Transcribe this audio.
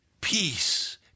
peace